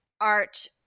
Art